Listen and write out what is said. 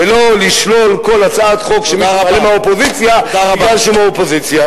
ולא לשלול כל הצעת חוק שמישהו מעלה מהאופוזיציה משום שהוא מהאופוזיציה.